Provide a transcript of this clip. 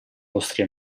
vostri